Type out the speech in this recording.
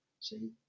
See